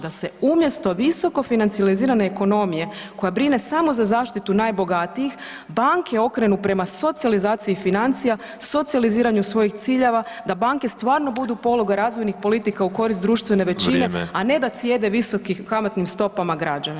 Da se umjesto visoko financijalizirane ekonomije koja brine samo za zaštitu najbogatijih, banke okrenu prema socijalizaciji financija, socijaliziranju svojih ciljeva da banke stvarno budu poluga razvojnih politika u korist društvene većine, a ne da cijede visokim kamatnim stopama građane.